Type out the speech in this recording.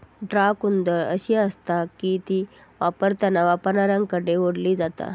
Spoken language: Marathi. ड्रॉ कुदळ अशी आसता की ती वापरताना वापरणाऱ्याकडे ओढली जाता